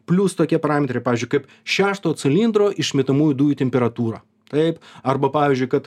plius tokie parametrai pavyzdžiui kaip šešto cilindro išmetamųjų dujų temperatūra taip arba pavyzdžiui kad